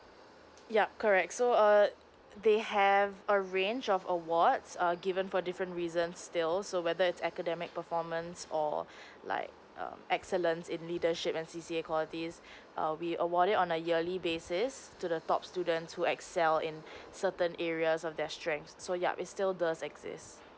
yup correct so err they have a range of awards err given for different reasons still so whether it's academic performance or like err excellence in leadership and C_C_A qualities err we award it on a yearly basis to the top students to excel in certain areas of their strength so yup it's still does exist